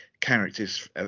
characters